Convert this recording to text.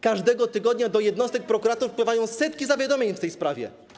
Każdego tygodnia do jednostek prokuratury wpływają setki zawiadomień w tej sprawie.